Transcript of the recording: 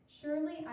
surely